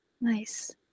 Nice